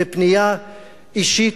בפנייה אישית,